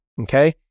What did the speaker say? Okay